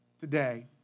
today